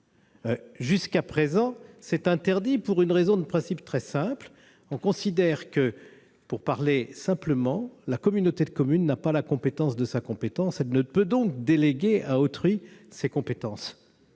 Jusqu'à présent, c'est interdit pour une raison de principe très simple : on considère que la communauté de communes n'a pas la compétence de sa compétence et qu'elle ne peut déléguer à autrui ses compétences,